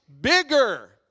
bigger